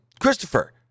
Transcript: Christopher